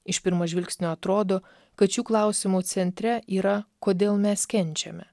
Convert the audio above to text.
iš pirmo žvilgsnio atrodo kad šių klausimų centre yra kodėl mes kenčiame